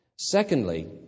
Secondly